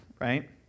right